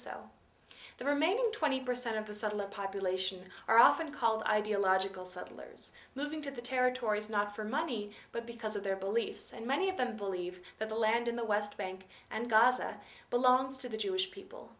so the remaining twenty percent of the sudden the population are often called ideological settlers moving to the territories not for money but because of their beliefs and many of them believe that the land in the west bank and gaza belongs to the jewish people